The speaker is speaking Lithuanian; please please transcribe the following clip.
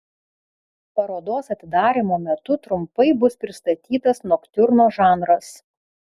parodos atidarymo metu trumpai bus pristatytas noktiurno žanras